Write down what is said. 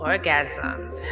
Orgasms